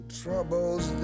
troubles